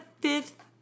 fifth